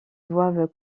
doivent